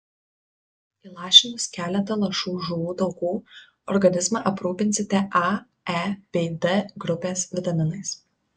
įlašinus keletą lašų žuvų taukų organizmą aprūpinsite a e bei d grupės vitaminais